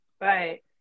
Right